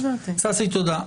ששי תודה.